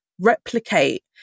replicate